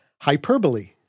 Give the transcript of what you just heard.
hyperbole